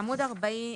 בעמוד 47,